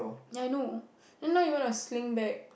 ya I know then now you want a sling bag